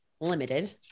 limited